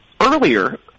earlier